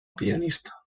pianista